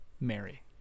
Mary